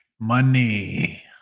money